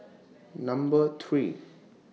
Number three